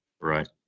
Right